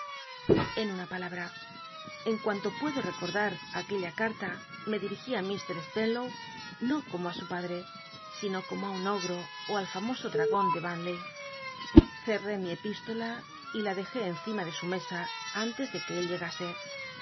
en una palabra en cuanto puedo recordar aquella carla me dirigí i iit spenlow no como li su agon pad t'c sino como á un ogo ó al famóso dr de wantley cerré mi epístola y la dejé encima de su mesa antes de que él llegase